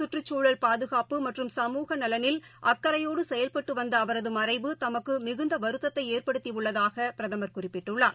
கற்றுச்சூழல் பாதுகாப்பு மற்றும் சமூக நலனில் அக்கறையோடுசெயல்பட்டுவந்தஅவரதுமறைவு தமக்குமிகுந்தவருத்ததைஏற்படுத்தி உள்ளதாகபிரதமர் குறிப்பிட்டுள்ளார்